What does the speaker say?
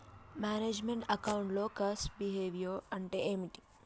Manage meant account లో cost behaviour అంటే ఏమిటి?